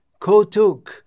kotuk